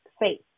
faith